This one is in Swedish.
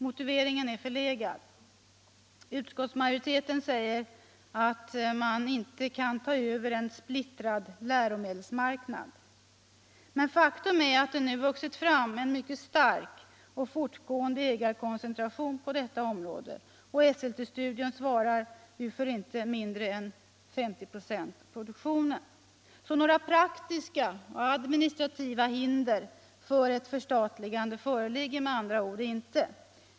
Motiveringen är förlegad. Utskottsmajoriteten säger att man inte kan ta över en splittrad läromedelsmarknad. Men faktum är att det nu vuxit fram en mycket stark och fortgående ägarkoncentration på detta område. Esselte Studium svarar för inte mindre än 50 26 av produktionen. Så några praktiska och administrativa hinder för ett förstatligande föreligger med andra ord inte.